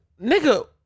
nigga